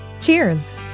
cheers